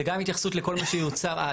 זה גם התייחסות לכל מה שיוצר עד,